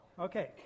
Okay